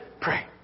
Pray